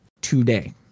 today